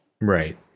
Right